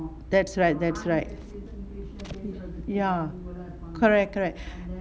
that's right that's right ya correct correct